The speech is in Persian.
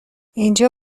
اینجا